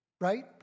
Right